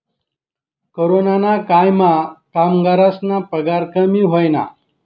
कोरोनाना कायमा कामगरस्ना पगार कमी व्हयना